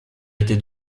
été